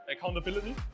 Accountability